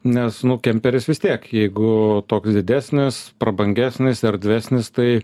nes nu kemperis vis tiek jeigu toks didesnis prabangesnis erdvesnis tai